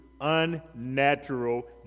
unnatural